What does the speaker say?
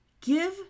Give